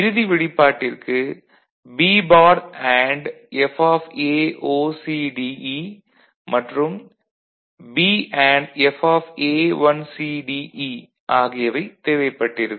இறுதி வெளிப்பாட்டிற்கு B bar and FA0CDE மற்றும் B அண்டு FA1CDE ஆகியவைத் தேவைப்பட்டிருக்கும்